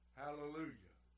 hallelujah